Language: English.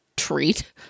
treat